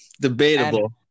debatable